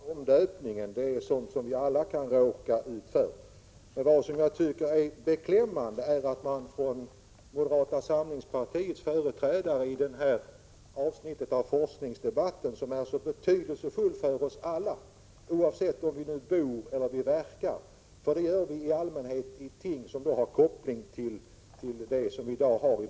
Herr talman! Jag skall inte hänga upp mig på den snabba omdöpningen — det är sådant som vi alla kan råka ut för. Men jag tycker det är beklämmande att moderata samlingspartiets företrädare är så tomhänt när det gäller för den här näringen så väsentliga frågor som dem jag har ställt att hon bara säger: Vad som är relevant får de som skall bedriva den framtida verksamheten själva avgöra.